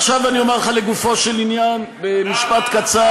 עכשיו אני אומר לך לגופו של עניין במשפט קצר,